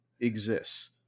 exists